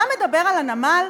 אתה מדבר על הנמל?